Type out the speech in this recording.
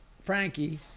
Frankie